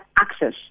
access